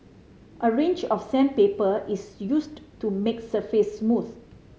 a range of sandpaper is used to make the surface smooth